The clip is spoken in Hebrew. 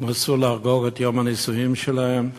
רצו לחגוג את יום הנישואים שלהם בבני-ברק,